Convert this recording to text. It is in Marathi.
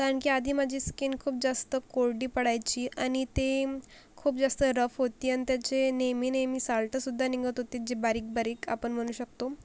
कारण की आधी माझी स्कीन खूप जास्त कोरडी पडायची आणि ते खूप जास्त रफ होती अन् त्याचे नेहमी नेहमी सालटंसुद्धा निघत होती जी बारीक बारीक आपण म्हणू शकतो